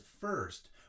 first